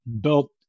built